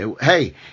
Hey